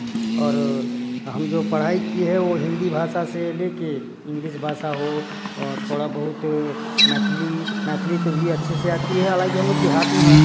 और हम जो पढ़ाई किए हैं वह हिंदी भाषा से लेकर इंग्लिश भाषा हो और थोड़ा बहुत मैथिली मैथिली तो भी अच्छे से आती है हालाँकि हम लोग देहात में हैं